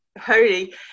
holy